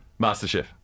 MasterChef